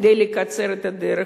כדי לקצר את הדרך,